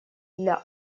для